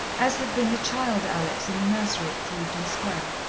as had been the child alex in the nursery at clevedon square.